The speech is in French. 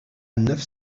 neuf